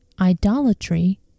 Idolatry